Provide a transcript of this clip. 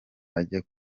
ajya